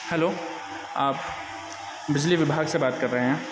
hello آپ بجلی وبھاگ سے بات کر رہے ہیں